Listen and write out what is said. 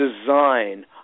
design